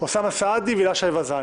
אוסאמה סעדי והילה שי ווזאן.